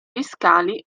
fiscali